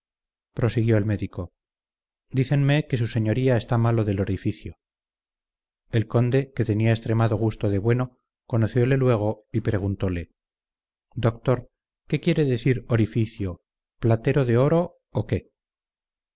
prosiguió el médico dícenme que su señoría está malo del orificio el conde que tenía extremado gusto de bueno conociole luego y preguntole doctor qué quiere decir orificio platero de oro o qué